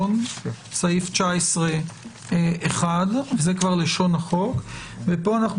סעיף 19(1). זה כבר לשון החוק וכאן אנחנו